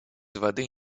воды